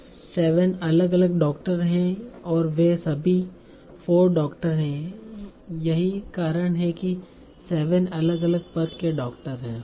7 अलग अलग डॉक्टर हैं और वे सभी 4 डॉक्टर हैं यही कारण है कि 7 अलग अलग पद के डॉक्टर हैं